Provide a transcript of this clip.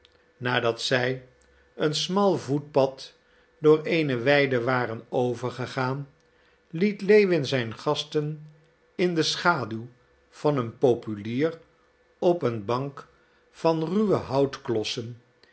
nadat zij een smal voetpad door eene weide waren overgegaan liet lewin zijn gasten in de schaduw van een populier op een bank van ruwe